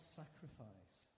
sacrifice